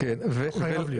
הוא חייב להיות.